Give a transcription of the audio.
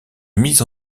mis